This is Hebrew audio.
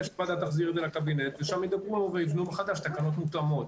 שהוועדה תחזיר את זה לקבינט ושם ידברו וייבנו מחדש תקנות מתואמות.